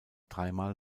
dreimal